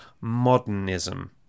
modernism